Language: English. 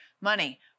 money